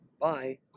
Bye